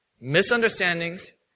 misunderstandings